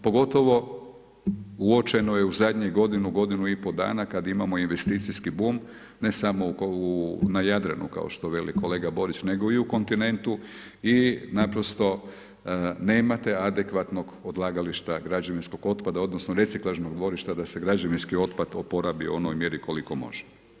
Pogotovo uočeno je u zadnjih godinu, godinu i pol dana kad imamo investicijski boom, ne samo na Jadranu kao što veli kolega Borić, nego i u kontinentu i naprosto nemate adekvatnog odlagališta građevinskog otpada odnosno reciklažnog dvorišta da se građevinski otpad oporavi u onoj mjeri koliko može.